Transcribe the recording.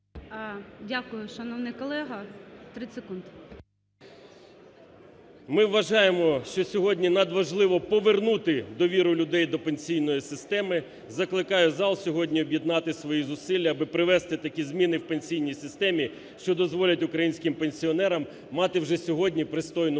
Ми вважаємо, що сьогодні надважливо повернути довіру людей до пенсійної системи. Закликаю зал сьогодні об'єднати свої зусилля, аби провести такі зміни у пенсійній системі, що дозволять українським пенсіонерам мати вже сьогодні пристойну пенсію.